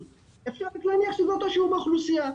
אפשר להניח שזה אותו השיעור באוכלוסייה,